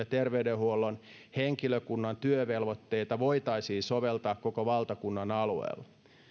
terveydenhuollon henkilökunnan työvelvoitteita voitaisiin soveltaa koko valtakunnan alueella